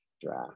draft